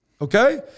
Okay